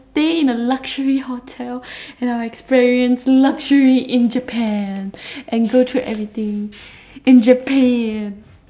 stay in a luxury hotel and I will experience luxury in Japan and go through everything in Japan